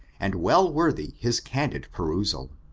and well worthy his candid perusal.